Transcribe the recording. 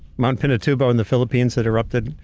mount pinatubo in the philippines had erupted,